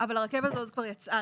אבל הרכבת הזאת כבר יצאה,